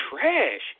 trash